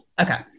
Okay